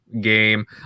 game